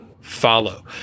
follow